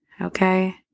okay